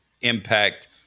impact